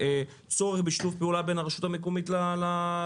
צורך בשיתוף פעולה בין הרשות המקומית לעסקים.